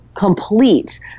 complete